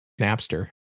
napster